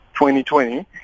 2020